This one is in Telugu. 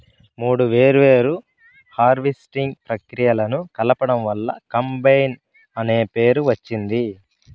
మూడు వేర్వేరు హార్వెస్టింగ్ ప్రక్రియలను కలపడం వల్ల కంబైన్ అనే పేరు వచ్చింది